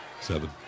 seven